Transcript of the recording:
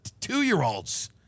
two-year-olds